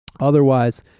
Otherwise